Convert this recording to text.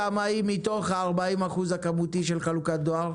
כמה הם מתוך ה-40% הכמותי של חלוקת דואר?